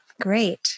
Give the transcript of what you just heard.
Great